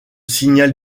signal